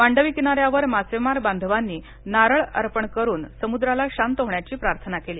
मांडवी किनाऱ्यावर मासेमार बांधवांनी नारळ अर्पण करून समुद्राला शांत होण्याची प्रार्थना केली